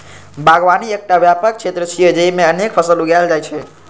बागवानी एकटा व्यापक क्षेत्र छियै, जेइमे अनेक फसल उगायल जाइ छै